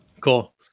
Cool